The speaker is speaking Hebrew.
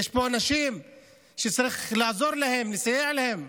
יש פה אנשים שצריך לעזור להם, לסייע להם,